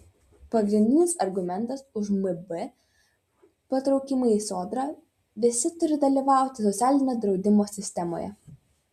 pagrindinis argumentas už mb patraukimą į sodrą visi turi dalyvauti socialinio draudimo sistemoje